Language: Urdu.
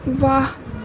واہ